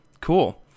Cool